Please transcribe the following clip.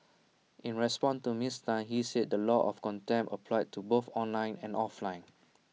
in response to miss Tan he said the law of contempt applied to both online and offline